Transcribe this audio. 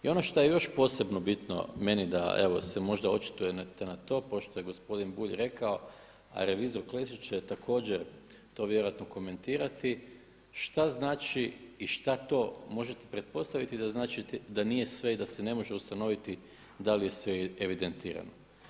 I ono što je još posebno bitno meni da možda se očitujete na to pošto je gospodin Bulj rekao a revizor Klešić će također to vjerojatno komentirati šta znači i šta to možete pretpostaviti da znači da nije sve i da se ne može ustanoviti da li je sve evidentirano.